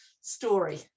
story